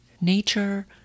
nature